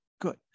good